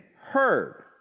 heard